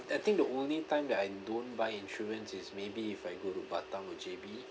I think the only time that I don't buy insurance is maybe if I go to batam or J_B